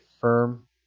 firm